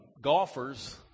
golfers